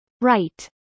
Right